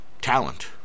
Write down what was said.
talent